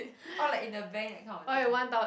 or like in the bank that kind of thing